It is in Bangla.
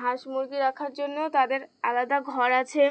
হাঁস মুরগি রাখার জন্যও তাদের আলাদা ঘর আছে